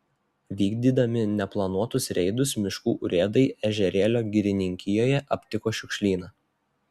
vykdydami neplanuotus reidus miškų urėdai ežerėlio girininkijoje aptiko šiukšlyną